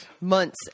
Months